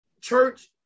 church